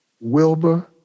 Wilbur